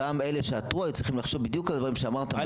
אותם אלה שעתרו היו צריכים לחשוב בדיוק על הדברים שאמרת מראש.